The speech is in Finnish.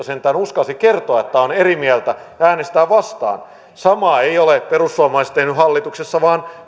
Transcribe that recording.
sentään uskalsi kertoa että on eri mieltä ja äänestää vastaan samaa eivät ole perussuomalaiset tehneet hallituksessa vaan